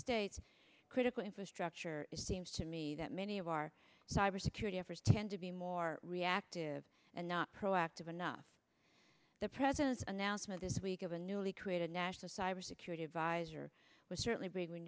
states critical infrastructure it seems to me that many of our cyber security efforts tend to be more reactive and not proactive enough the president's announcement this week of a newly created national cyber security advisor was certainly b